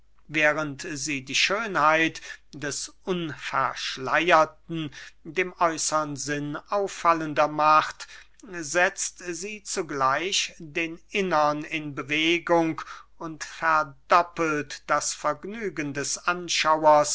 während sie die schönheit des unverschleierten dem äußern sinn auffallender macht setzt sie zugleich den innern in bewegung und verdoppelt das vergnügen des anschauers